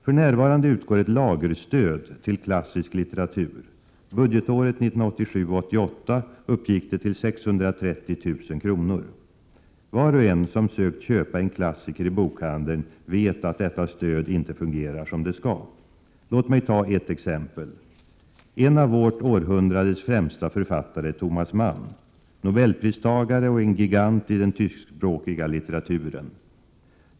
För närvarande utgår ett lagerstöd till klassisk litteratur. Budgetåret 1987/88 uppgick det till 630 000 kr. Var och en som sökt köpa en klassiker i bokhandeln vet att detta stöd inte fungerar som det skall. Låt mig ta ett exempel. En av vårt århundrades främsta författare är Thomas Mann, nobelpristagare och en gigant i den tyskspråkiga litteraturen.